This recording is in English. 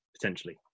potentially